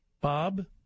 Bob